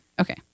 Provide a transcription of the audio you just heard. Okay